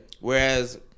Whereas